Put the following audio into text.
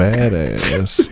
Badass